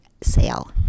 sale